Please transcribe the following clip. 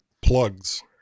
plugs